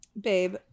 Babe